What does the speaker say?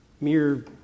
mere